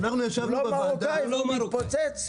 הוא לא מרוקאי והוא מתפוצץ?